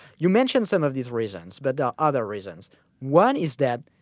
you mentioned some of these reasons but there are other reasons. one is that